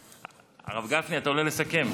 הרב גפני, אתה עולה לסכם.